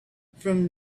from